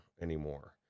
anymore